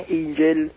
angel